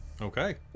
okay